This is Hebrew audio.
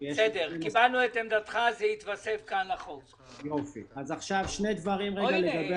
מכיוון שכבר התייחסו לדברים שהעליתי בנושא מס הרכישה,